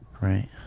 right